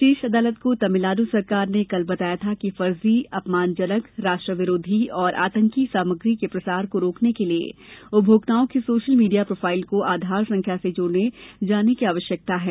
शीर्ष अदालत को तमिलनाड् सरकार ने कल बताया था कि फर्जी अपमानजनक राष्ट्र विरोधी और आतंकी सामग्री के प्रसार को रोकने के लिए उपभोक्ताओं के सोशल मीडिया प्रोफाइल को आधार संख्या से जोड़े जाने की आवश्यकता है